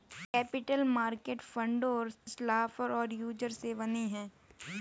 capital market फंडों के supplier और यूजर से बने होते हैं